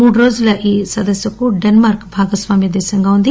మూడురోజుల ఈ సదస్సుకు డెన్మార్క్ భాగస్వామ్య దేశంగా ఉంది